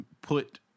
put